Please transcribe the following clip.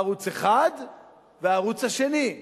ערוץ-1 וערוץ-2.